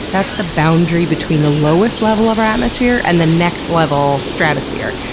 that's the boundary between the lowest level of our atmosphere and the next level, stratosphere.